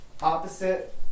opposite